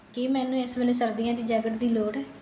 ਕੀ ਮੈਨੂੰ ਇਸ ਵੇਲੇ ਸਰਦੀਆਂ ਦੀ ਜੈਕਟ ਦੀ ਲੋੜ ਹੈ